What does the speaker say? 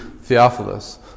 Theophilus